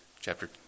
chapter